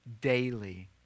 daily